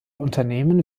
unternehmen